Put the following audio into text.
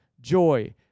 joy